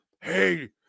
Hey